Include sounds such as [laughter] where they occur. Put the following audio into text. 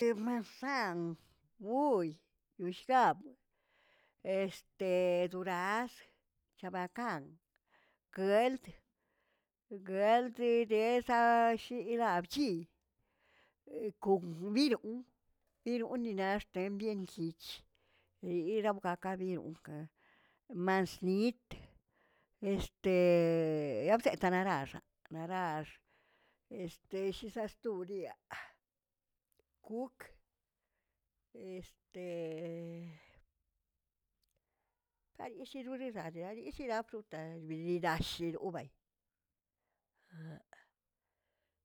Mrambsan, gooy, yooshgab, este doraz, chabakan, gueꞌəld'g, gueꞌldə de zashirabchi, [hesitation] kon binoꞌn bironni axte byenkich, riramkakaꞌ biromkə, mis nit, este naꞌbsete nanaxaꞌ narax, este shi zaꞌ sto liꞌa kuꞌuk, este kayishurirari arishayi fruta bilidashirobay. [hesitation]